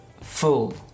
fool